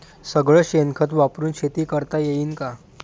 सगळं शेन खत वापरुन शेती करता येईन का?